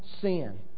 sin